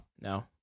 No